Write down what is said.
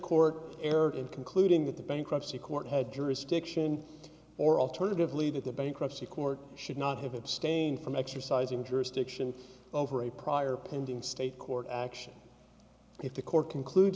court erred in concluding that the bankruptcy court had jurisdiction or alternatively that the bankruptcy court should not have abstained from exercising jurisdiction over a prior pending state court action if the court conclude